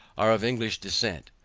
are of english descent.